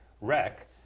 wreck